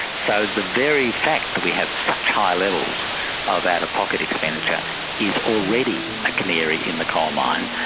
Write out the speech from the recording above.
so the very fact that we have such high levels of out-of-pocket expenditure is already a canary in the coalmine,